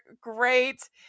great